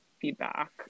feedback